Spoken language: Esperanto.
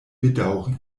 bedaŭri